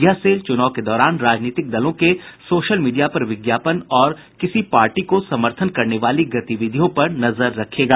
यह सेल च्रनाव के दौरान राजनीतिक दलों के सोशल मीडिया पर विज्ञापन और किसी पार्टी को समर्थन करने वाली गतिविधियों पर नजर रखेगा